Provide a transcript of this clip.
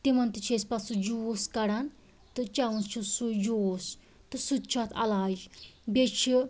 تِمَن تہِ چھِ پَتہٕ أسۍ سُہ جوٗس کَڑان تہٕ چٮ۪وان چھُ سُہ جوٗس تہٕ سُتہِ چھُ اَتھ علاج بیٚیہِ چھِ